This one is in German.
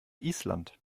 island